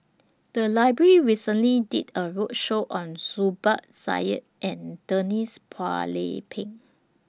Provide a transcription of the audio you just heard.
The Library recently did A roadshow on Zubir Said and Denise Phua Lay Peng